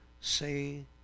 say